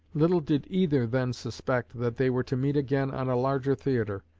little did either then suspect that they were to meet again on a larger theatre,